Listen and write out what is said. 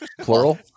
Plural